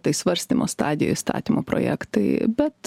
tai svarstymo stadijoj įstatymo projektai bet